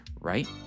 right